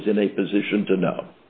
who is in a position to know